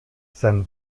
sein